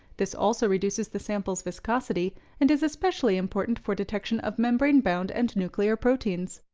this also reduces the sample viscosity and is especially important for detection of membrane-bound and nuclear proteins.